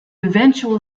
eventual